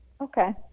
Okay